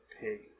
pig